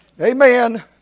Amen